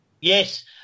Yes